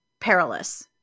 perilous